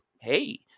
hey